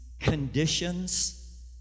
conditions